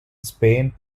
spain